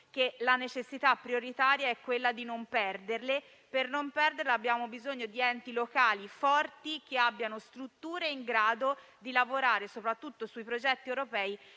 che la necessità prioritaria è quella di non perderle; perché ciò non accada, abbiamo bisogno di enti locali forti, che abbiano strutture in grado di lavorare soprattutto sui progetti europei.